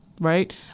right